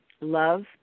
love